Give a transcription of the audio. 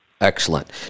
Excellent